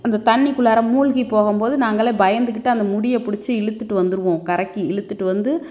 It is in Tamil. அந்த தண்ணிக்குள்ளார மூழ்கி போகும் போது நாங்களே பயந்துக்கிட்டு அந்த முடியை பிடிச்சி இழுத்துட்டு வந்துடுவோம் கரைக்கி இழுத்துட்டு வந்து